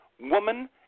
woman